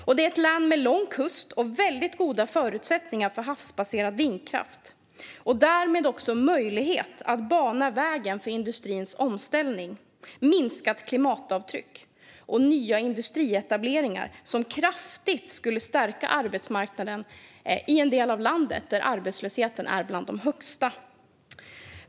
Och det är ett län med lång kust och väldigt goda förutsättningar för havsbaserad vindkraft - och därmed också möjlighet att bana vägen för industrins omställning, minskat klimatavtryck och nya industrietableringar som kraftigt skulle stärka arbetsmarknaden i en del av landet där arbetslöshetssiffran är bland de högsta.